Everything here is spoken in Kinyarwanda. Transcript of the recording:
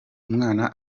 umwana